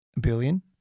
billion